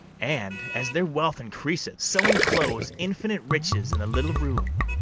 and, as their wealth increaseth, so inclose infinite riches in a little room.